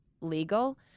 legal